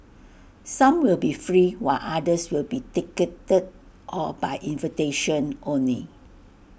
some will be free while others will be ticketed or by invitation only